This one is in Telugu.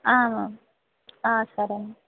సరే అండి